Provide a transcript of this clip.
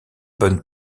bonne